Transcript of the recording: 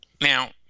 Now